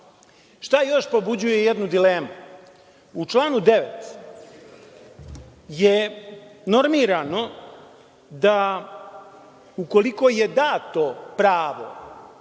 još podbuđuje jednu dilemu? U članu 9. je normirano da ukoliko je dato pravo